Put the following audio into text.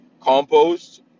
Compost